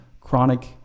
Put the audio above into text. chronic